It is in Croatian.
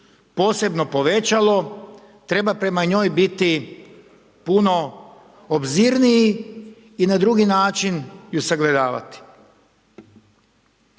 posebno povećalo, treba prema njoj biti puno obzirniji i na drugi način ju sagledavati.